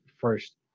first